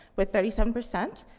with thirty seven percent,